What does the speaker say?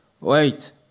wait